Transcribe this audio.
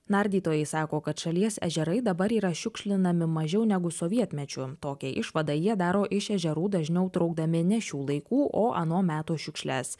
nardytojai sako kad šalies ežerai dabar yra šiukšlinami mažiau negu sovietmečiu tokią išvadą jie daro iš ežerų dažniau traukdami ne šių laikų o ano meto šiukšles